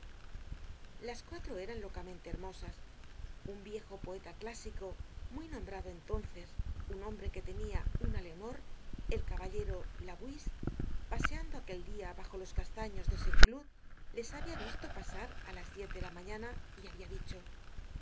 las cuatro eran locamente hermosas un viejo poeta clásico muy nombrado entonces un hombre que tenia una leonor el caballero labouisse paseando aquel dia bajo los castaños de saint cloud les habia visto pasar á las diez de la mañana y habia dicho